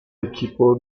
equipo